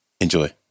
Enjoy